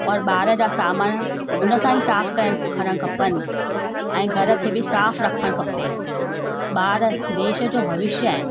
और ॿार जा सामान उन सां ई साफ़ु कयण करणु खपनि ऐं घर खे बि साफ़ु रखणु खपे ॿार देश जो भविष्य आहिनि